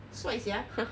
帅 sia